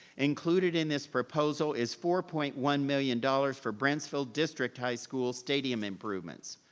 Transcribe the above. included in this proposal is four point one million dollars for brentsville district high school stadium improvements.